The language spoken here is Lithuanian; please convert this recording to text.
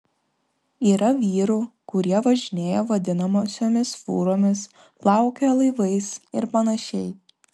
yra vyrų kurie važinėja vadinamosiomis fūromis plaukioja laivais ir panašiai